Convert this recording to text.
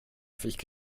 fick